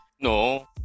No